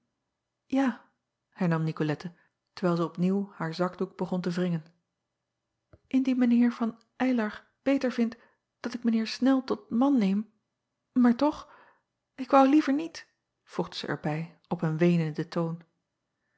a hernam icolette terwijl zij opnieuw haar zakdoek begon te wringen indien mijn eer van ylar beter vindt dat ik mijn eer nel tot man neem maar toch ik woû liever niet voegde zij er bij op een weenenden toon